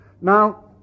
Now